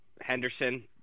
henderson